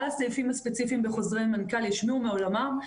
על הסעיפים הספציפיים בחוזרי מנכ"ל וישמיעו מעולמם.